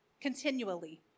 Continually